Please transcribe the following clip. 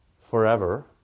Forever